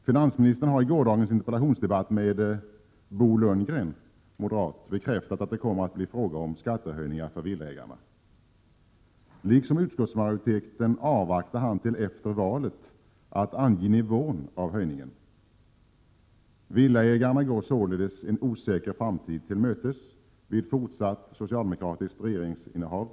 Finansministern har i gårdagens interpellationsdebatt med moderaten Bo Lundgren bekräftat att det kommer att bli fråga om skattehöjningar för villaägarna. Liksom utskottsmajoriteten avvaktar han till efter valet med att ange nivån på höjningen. Villaägarna går således en osäker framtid till mötes vid fortsatt socialdemokratiskt regeringsinnehav.